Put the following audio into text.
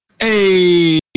Hey